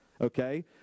okay